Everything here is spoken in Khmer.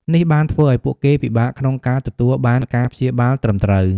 នេះបានធ្វើឱ្យពួកគេពិបាកក្នុងការទទួលបានការព្យាបាលត្រឹមត្រូវ។